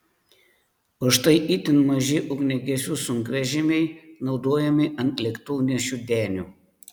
o štai itin maži ugniagesių sunkvežimiai naudojami ant lėktuvnešių denių